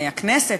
הכנסת,